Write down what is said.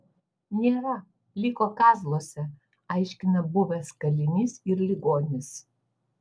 nėra liko kazluose aiškina buvęs kalinys ir ligonis